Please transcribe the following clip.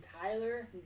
Tyler